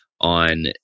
on